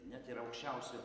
net ir aukščiausio